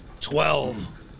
Twelve